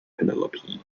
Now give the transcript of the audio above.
penelope